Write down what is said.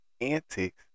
antics